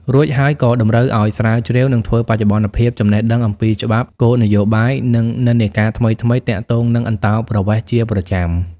រួចហើយក៏តម្រូវឱ្យ ស្រាវជ្រាវ និងធ្វើបច្ចុប្បន្នភាពចំណេះដឹងអំពីច្បាប់ គោលនយោបាយ និងនិន្នាការថ្មីៗទាក់ទងនឹងអន្តោប្រវេសន៍ជាប្រចាំ។